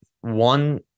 one